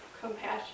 compassion